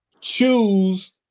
choose